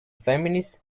feminist